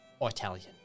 Italian